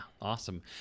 Awesome